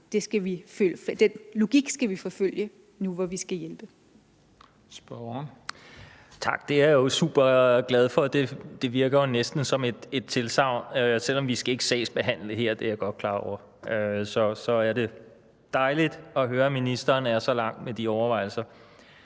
(Christian Juhl): Spørgeren. Kl. 20:59 Kim Valentin (V): Tak. Det er jeg jo super glad for, og det virker næsten som et tilsagn. Selv om vi ikke skal sagsbehandle her – det er jeg godt klar over – så er det dejligt at høre, at ministeren er så langt med de overvejelser.